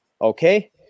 Okay